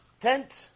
tent